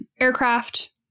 aircraft